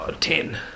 Ten